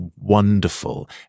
wonderful